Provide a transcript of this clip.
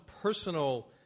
personal